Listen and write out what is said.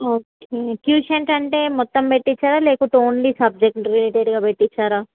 okay tuitions అంటే మొత్తం పెట్టిస్తారా లేకపోతే ఓన్లీ సబ్జెక్ట్ రిలేటెడ్గా పెట్టిస్తారా